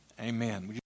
amen